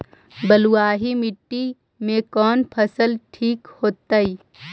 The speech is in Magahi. बलुआही मिट्टी में कौन फसल ठिक होतइ?